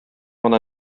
гына